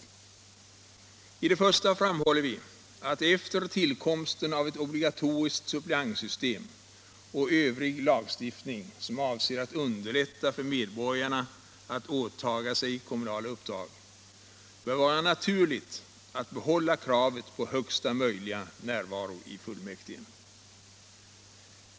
I det första framhåller vi att det efter tillkomsten av ett obligatoriskt suppleantsystem och övrig lagstiftning som avser att underlätta för medborgarna att åta sig kommunala uppdrag bör vara naturligt att behålla kravet på högsta möjliga närvaro i fullmäktige.